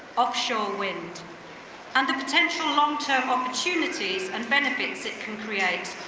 offshore wind and the potential longterm opportunities and benefits that can create.